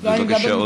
אז בבקשה,